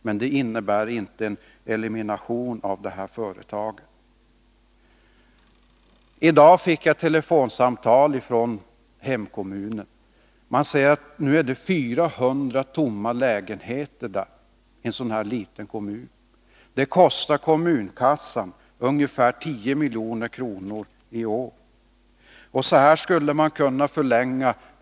Men det innebär inte elimination av företaget. I dag fick jag ett telefonsamtal från min hemkommun. Jag fick veta att man i denna lilla kommun har 400 tomma lägenheter. Det kostar kommunkassan ungefär 10 milj.kr. i år.